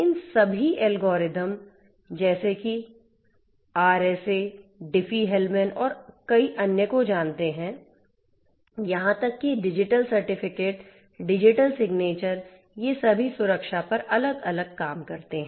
इन सभी एल्गोरिदम जैसे कि आप आरएसए डिफी हेलमैन और कई अन्य को जानते हैं यहां तक कि डिजिटल certificate डिजिटल signature ये सभी सुरक्षा पर अलग अलग काम करते हैं